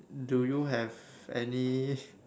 do you have any